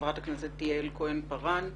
חברת הכנסת יעל כהן-פארן,